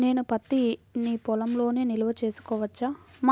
నేను పత్తి నీ పొలంలోనే నిల్వ చేసుకోవచ్చా?